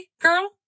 girl